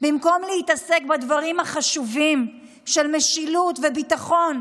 במקום להתעסק בדברים החשובים של משילות וביטחון,